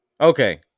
Okay